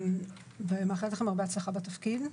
אני מאחלת לכם הרבה הצלחה בתפקיד.